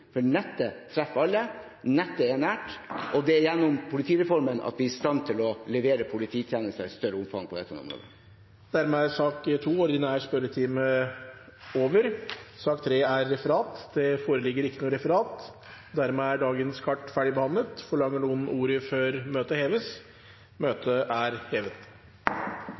for nettet treffer alle, nettet er nært, og det er gjennom politireformen at vi er i stand til å levere polititjenester i større omfang på dette området. Dermed er sak nr. 2, Ordinær spørretime, over. Det foreligger ikke noe referat. Dermed er dagens kart ferdigbehandlet. Forlanger noen ordet før møtet heves? – Møtet er hevet.